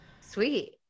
sweet